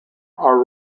are